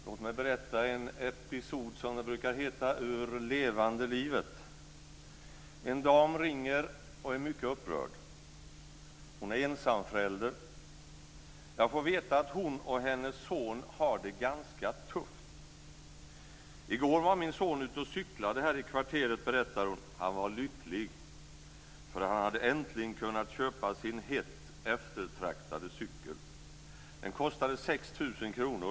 Herr talman! Låt mig berätta en episod ur, som det burkar heta, levande livet. En dam ringer och är mycket upprörd. Hon är ensamförälder. Jag får veta att hon och hennes son har det ganska tufft. Hon berättar följande: I går var min son ute och cyklade här i kvarteret. Han var lycklig därför att han äntligen hade kunnat köpa sin hett eftertraktade cykel. Den kostade 6 000 kr.